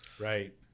Right